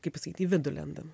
kaip pasakyt į vidų lendama